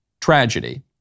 tragedy